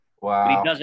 Wow